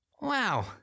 Wow